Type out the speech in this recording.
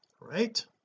right